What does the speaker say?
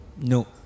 No